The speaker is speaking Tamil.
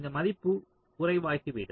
இந்த மதிப்பு குறைவாகிவிடும்